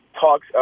talks